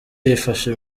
ifasha